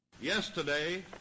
Yesterday